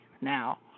now